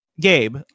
Gabe